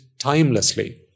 timelessly